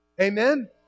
Amen